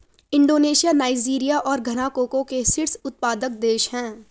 Indonesia Nigeria और Ghana cocoa के शीर्ष उत्पादक देश हैं